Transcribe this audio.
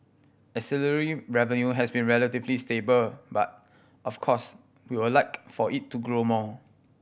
ancillary revenue has been relatively stable but of course we would like for it to grow more